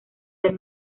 del